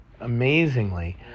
amazingly